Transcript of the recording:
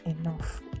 enough